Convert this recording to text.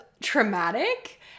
traumatic